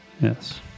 Yes